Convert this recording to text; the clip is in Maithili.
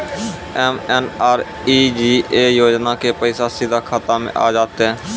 एम.एन.आर.ई.जी.ए योजना के पैसा सीधा खाता मे आ जाते?